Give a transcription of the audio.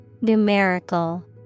Numerical